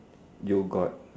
you got